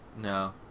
No